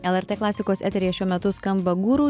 lrt klasikos eteryje šiuo metu skamba guru